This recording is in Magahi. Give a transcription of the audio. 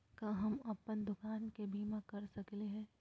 का हम अप्पन दुकान के बीमा करा सकली हई?